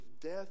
death